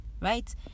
right